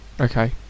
Okay